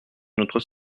notre